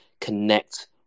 connect